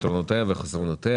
יתרונות וחסרונות.